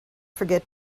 forget